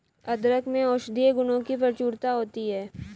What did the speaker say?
अदरक में औषधीय गुणों की प्रचुरता होती है